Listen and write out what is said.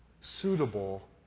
suitable